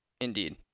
Indeed